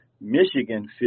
Michigan